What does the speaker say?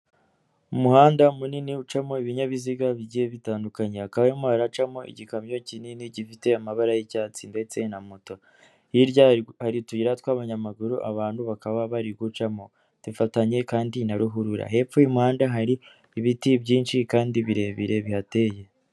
Umuhanda munini ucamo ibinyabiziga bigiye bitandukanya hakaba harimo haracamo igikamyo kinini gifite amabara y'icyatsi ndetse na moto, hirya hari utuyira tw'abanyamaguru abantu bakaba bari gucamo dufatanye kandi na ruhurura hepfo y'umuhanda hari ibiti byinshi kandi birebire bihateye.